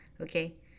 okay